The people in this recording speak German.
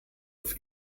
auf